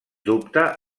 dubte